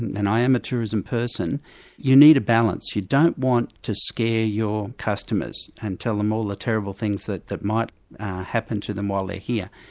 and i am a tourism person you need a balance, you don't want to scare your customers and tell them all the terrible things that that might happen to them while they're here.